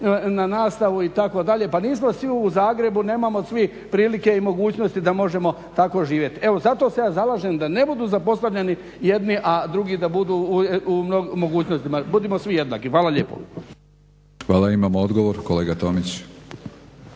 na nastavu, itd. Pa nismo svi u Zagrebu, nemamo svi prilike i mogućnosti da možemo tako živjeti. Evo zato se ja zalažem da ne budu zapostavljeni jedni, a drugi da budu u mogućnostima. Budimo svi jednaki. Hvala lijepo. **Batinić, Milorad